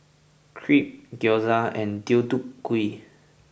Crepe Gyoza and Deodeok Gui